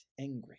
angry